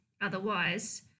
Otherwise